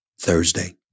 Thursday